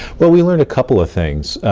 well, we learned a couple of things.